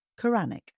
Quranic